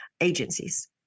agencies